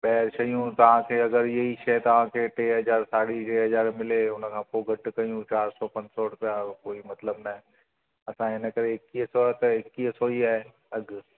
ॿाहिरि शयूं तव्हांखे अगरि इएई शइ तव्हांखे टे हज़ार साढी टे हज़ार मिले हुनखां पोइ घटि कयूं था सौ रुपिया त हो कोई मतिलबु ना आहे असांजे हिकिड़े एकवीह सौ रुपिए एकवीह सौ ई आहिनि अघि